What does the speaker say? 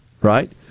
right